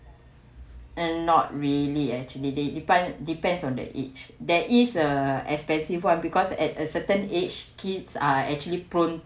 and not really actually they depend depends on the age that is a expensive what because at a certain age kids are actually prompt